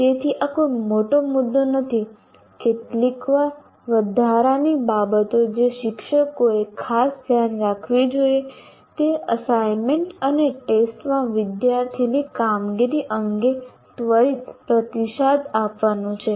તેથી આ કોઈ મોટો મુદ્દો નથી કેટલીક વધારાની બાબતો જે શિક્ષકોએ ખાસ ધ્યાન આપવી જોઈએ તે એસાઈનમેન્ટ અને ટેસ્ટમાં વિદ્યાર્થીની કામગીરી અંગે ત્વરિત પ્રતિસાદ આપવાનું છે